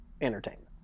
entertainment